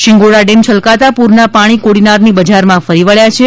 શિંગોડા dam છલકાતા પૂરના પાણી કોડીનારની બજારમાં ફરી વળ્યા છે